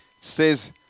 says